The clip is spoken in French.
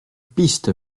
piste